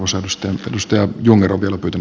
tämä on se ongelma